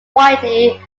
widely